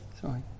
sorry